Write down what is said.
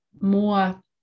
more